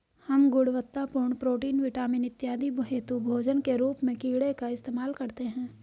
हम गुणवत्तापूर्ण protein, vitamin इत्यादि हेतु भोजन के रूप में कीड़े का इस्तेमाल करते हैं